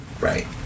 Right